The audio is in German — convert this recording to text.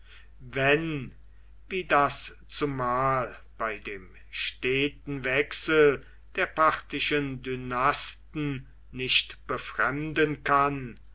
wenn wie das zumal bei dem steten wechsel der parthischen dynasten nicht befremden kann